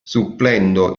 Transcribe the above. supplendo